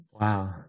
Wow